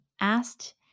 asked